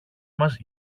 μας